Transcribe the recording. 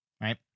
right